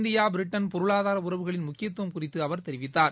India Britain பொருளாதார உறவுகளின் முக்கியத்துவம் குறித்து அவர் தெரிவித்தார்